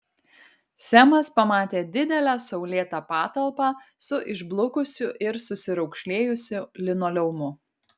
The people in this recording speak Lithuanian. semas pamatė didelę saulėtą patalpą su išblukusiu ir susiraukšlėjusiu linoleumu